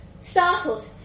Startled